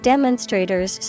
Demonstrators